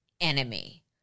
enemy